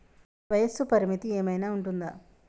వయస్సు పరిమితి ఏమైనా ఉంటుందా?